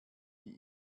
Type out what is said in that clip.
die